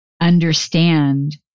understand